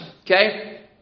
Okay